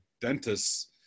dentists